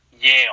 Yale